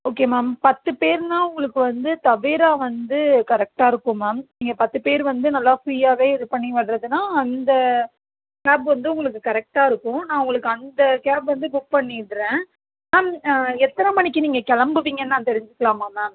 okay ma'am பத்து பேருனா உங்களுக்கு வந்து தவேரா வந்து கரெக்ட்டாக இருக்கும் மேம் நீங்கள் பத்து பேர் வந்து நல்லா ஃப்ரீயாகவே இது பண்ணி வர்றதுன்னா அந்த கேப் வந்து உங்களுக்கு கரெக்ட்டாக இருக்கும் நான் உங்களுக்கு அந்த கேப் வந்து புக் பண்ணிவிடுறேன் மேம் எத்தனை மணிக்கு நீங்கள் கிளம்புவீங்க நான் தெரிஞ்சுக்கலாமா மேம்